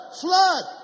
flood